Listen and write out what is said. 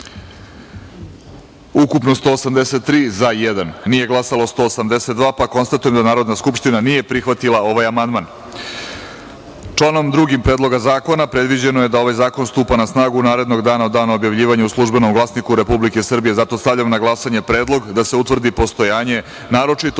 ukupno – 183, za – jedan, nije glasalo – 182.Konstatujem da Narodna skupština nije prihvatila ovaj amandman. Podsećam vas da je članom 2. Predloga zakona predviđeno da ovaj zakon stupa na snagu narednog dana od dana objavljivanja u „Službenom glasniku Republike Srbije“.Stavljam na glasanje predlog da se utvrdi postojanje naročito